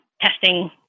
testing